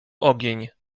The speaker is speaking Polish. ogień